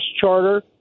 charter